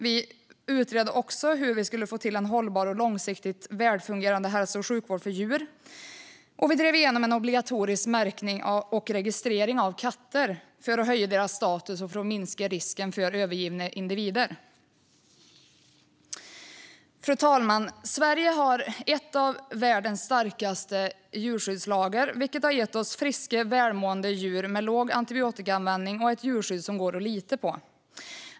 Vi utredde också hur vi skulle få till en hållbar och långsiktigt välfungerande hälso och sjukvård för djur, och vi drev igenom en obligatorisk märkning och registrering av katter för att höja deras status och för att minska risken för övergivna individer. Fru talman! Sverige har en av världens starkaste djurskyddslagar, vilket har gett oss friska, välmående djur, låg antibiotikaanvändning och ett djurskydd som går att lita på.